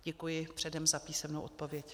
Děkuji předem za písemnou odpověď.